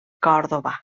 còrdova